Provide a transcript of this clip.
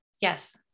yes